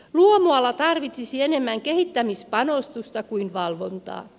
luomuala tarvitsisi enemmän kehittämispanostusta kuin valvontaa